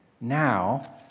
Now